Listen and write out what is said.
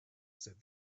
said